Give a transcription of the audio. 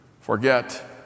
forget